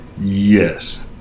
Yes